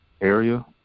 area